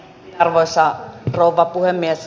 arvoisa rouva puhemies